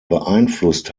beeinflusst